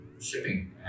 shipping